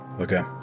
Okay